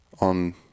on